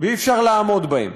ואי-אפשר לעמוד בהם.